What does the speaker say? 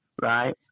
right